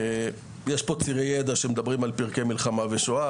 יש פה צירי ידע שמדברים על פרקי מלחמה ושואה,